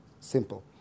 simple